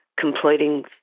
completing